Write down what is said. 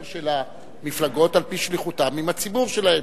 של המפלגות על-פי שליחותן עם הציבור שלהן.